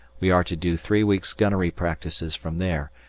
we are to do three weeks' gunnery practices from there,